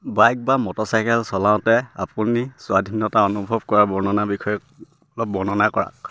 bike বা motorcycle চলাওঁতে আপুনি স্বাধীনতা অনুভৱ কৰা বৰ্ণনা বিষয়ে অলপ বৰ্ণনা কৰা